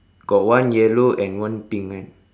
got one yellow and one pink kan